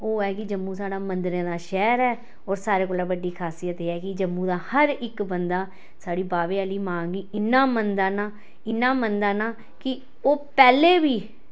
ओह् ऐ कि जम्मू साढ़ा मन्दरें दा शैह्र ऐ और सारें कोला दा बड्डी खासियत एह् ऐ कि जम्मू दा हर इक बंदा साढ़ी बाह्वे आह्ली मां गी इन्ना मनदा ना इन्ना मनदा ना कि ओह् पैह्ले वी